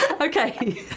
Okay